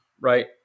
right